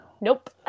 Nope